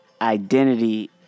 identity